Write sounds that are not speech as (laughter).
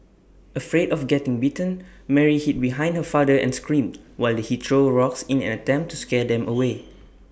afraid of getting bitten Mary hid behind her father and screamed while he threw rocks in an attempt to scare them away (noise)